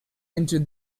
into